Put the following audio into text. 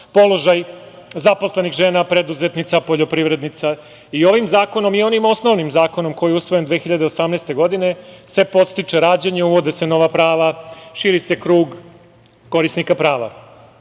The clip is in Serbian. položaj zaposlenih žena, preduzetnica, poljoprivrednica i ovim zakonom i onim osnovnim zakonom koji je usvojen 2018. godine se podstiče rađanje, uvode se nova prava, širi se krug korisnika prava. Mislim